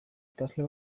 ikasle